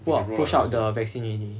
pull out push out the vaccine already